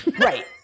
Right